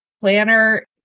planner